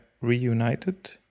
reunited